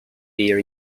bear